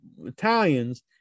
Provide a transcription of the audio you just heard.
italians